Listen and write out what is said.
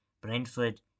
Brentford